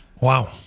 Wow